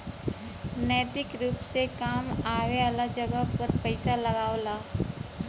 नैतिक रुप से काम आए वाले जगह पर पइसा लगावला